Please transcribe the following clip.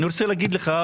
אני רוצה להגיד לך,